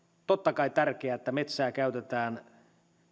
totta kai tärkeää että metsää käytetään